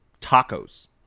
tacos